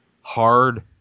hard